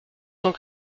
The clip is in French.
cent